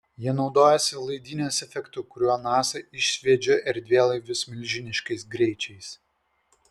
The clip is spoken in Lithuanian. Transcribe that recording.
jis naudojasi laidynės efektu kuriuo nasa išsviedžia erdvėlaivius milžiniškais greičiais